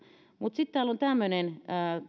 mutta sitten täällä on